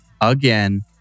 again